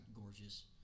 gorgeous